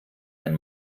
ein